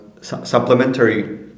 supplementary